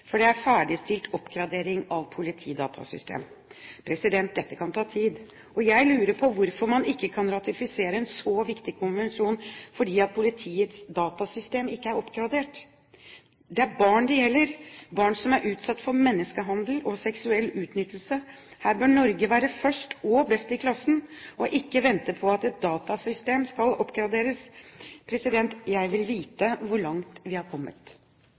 Dette kan ta tid, og jeg lurer på hvorfor man ikke kan ratifisere en så viktig konvensjon fordi om politiets datasystem ikke er oppgradert. Det er barn det gjelder, barn som er utsatt for menneskehandel og seksuell utnyttelse. Her bør Norge være først og best i klassen og ikke vente på at et datasystem skal oppgraderes. Jeg vil vite hvor langt vi har kommet.